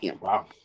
Wow